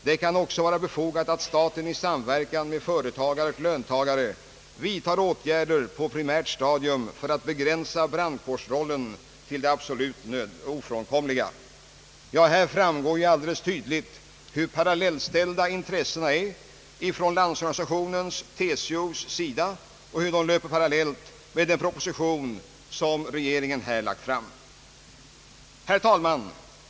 Det kan också vara befogat att staten i samverkan med företagare och löntagare vidtar åtgärder på primärt stadium för att begränsa brandkårsrollen till det absolut ofrånkomliga.» Härav framgår alldeles tydligt hur parallellställda intressena är = från Landsorganisationens och TCO:s sida och hur de löper jämsides med den proposition som regeringen här har lagt fram. Herr talman!